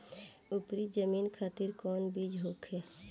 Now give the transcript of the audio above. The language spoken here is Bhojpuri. उपरी जमीन खातिर कौन बीज होखे?